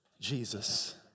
Jesus